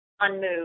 unmoved